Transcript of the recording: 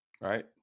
right